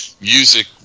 music